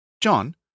John